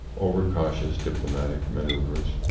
overcautious diplomatic maneuvers,